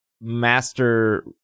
Master